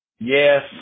Yes